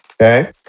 Okay